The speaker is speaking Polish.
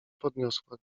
podniosła